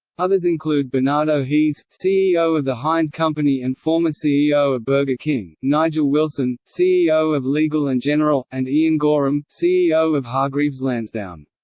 others include bernardo hees, ceo of the heinz company and former ceo of burger king nigel wilson, ceo of legal and general and ian gorham, ceo of hargreaves lansdown.